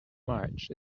march